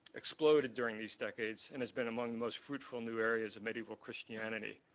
exploded during these decades and has been among the most fruitful new areas of medieval christianity,